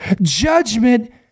judgment